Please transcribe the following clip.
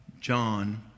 John